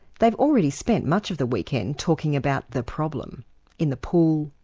they've already spent much of the weekend talking about the problem in the pool,